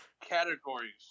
Categories